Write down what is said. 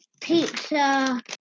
pizza